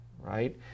right